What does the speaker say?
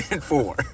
four